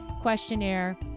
questionnaire